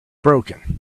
broken